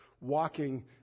walking